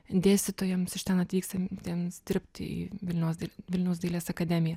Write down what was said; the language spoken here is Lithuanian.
dėstytojams iš ten atvykstantiems dirbti į vilniaus vilniaus dailės akademiją